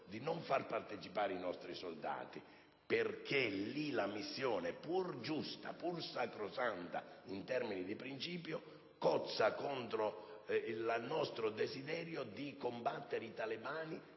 di non farvi partecipare i nostri soldati. In quel caso la missione, pur giusta e sacrosanta in termini di principio, cozza infatti contro il nostro desiderio di combattere i talebani